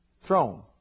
throne